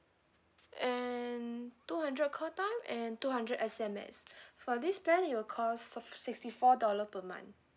and two hundred call time and two hundred S_M_S for this plan it will cost sixty four dollar per month